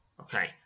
Okay